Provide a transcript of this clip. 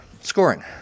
Scoring